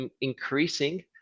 increasing